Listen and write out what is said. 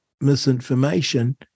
misinformation